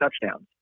touchdowns